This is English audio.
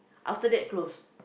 after that close